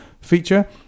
feature